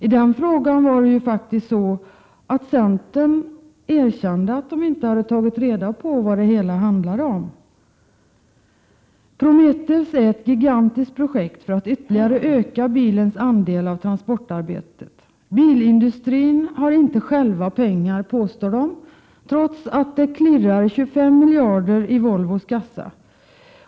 I den frågan var det ju faktiskt så att centern erkände att man inte hade tagit reda på vad det hela handlade om. Prometeus är ett gigantiskt projekt för att ytterligare öka bilens andel av transportarbetet. Bilindustrin har inte själv pengar, påstår den, trots att det klirrar 25 miljarder i Volvos kassa.